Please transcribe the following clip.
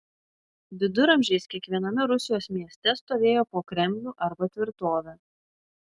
viduramžiais kiekviename rusijos mieste stovėjo po kremlių arba tvirtovę